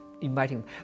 inviting